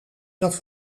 dat